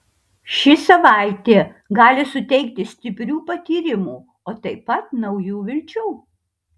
ši savaitė gali suteikti stiprių patyrimų o taip pat naujų vilčių